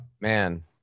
man